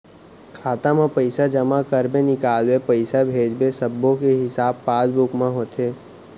खाता म पइसा जमा करबे, निकालबे, पइसा भेजबे सब्बो के हिसाब पासबुक म होथे